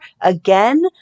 again